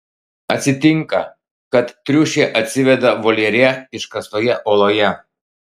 atsitinka kad triušė atsiveda voljere iškastoje uoloje